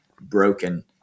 broken